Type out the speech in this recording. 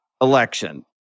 election